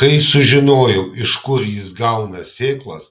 kai sužinojau iš kur jis gauna sėklas